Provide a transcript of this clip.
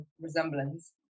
resemblance